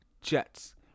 Jets